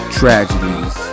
tragedies